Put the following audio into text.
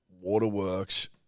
waterworks